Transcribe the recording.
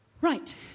right